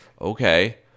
okay